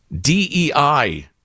DEI